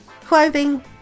clothing